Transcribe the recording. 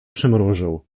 przymrużył